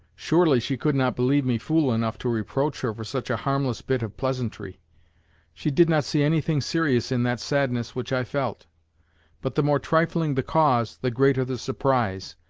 surely she could not believe me fool enough to reproach her for such a harmless bit of pleasantry she did not see anything serious in that sadness which i felt but the more trifling the cause, the greater the surprise.